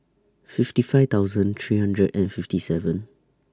fifty five thousand three hundred and fifty seven